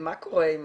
מה קורה,